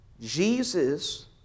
Jesus